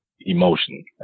emotion